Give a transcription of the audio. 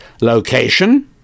Location